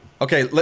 Okay